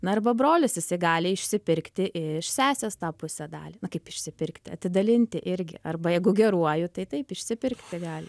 na arba brolis jisai gali išsipirkti iš sesės tą pusę dalį kaip išsipirkti atidalinti irgi arba jeigu geruoju tai taip išsipirkti gali